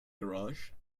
garage